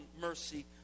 mercy